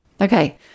Okay